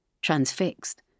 transfixed